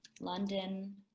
London